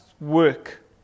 work